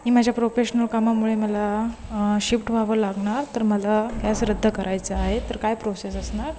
मी माझ्या प्रोफेशनल कामामुळे मला शिफ्ट व्हावं लागणार तर मला गॅस रद्द करायचं आहे तर काय प्रोसेस असणार